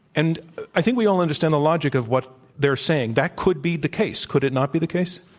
and i think we all understand the logic of what they're saying. that could be the case, could it not be the case?